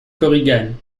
korigane